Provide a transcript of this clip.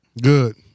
Good